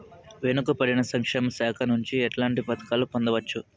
వెనుక పడిన సంక్షేమ శాఖ నుంచి ఎట్లాంటి పథకాలు పొందవచ్చు?